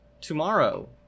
tomorrow